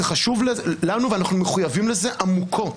זה חשוב לנו ואנחנו מחויבים לזה עמוקות.